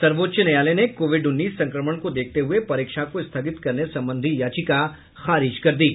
सर्वोच्च न्यायालय ने कोविड उन्नीस संक्रमण को देखते हुए परीक्षा को स्थगित करने संबंधी याचिका खारिज कर दी है